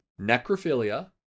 necrophilia